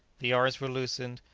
the yards were loosened,